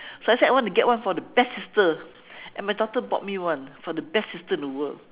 so I said I want to get one for the best sister and my daughter bought me one for the best sister in the world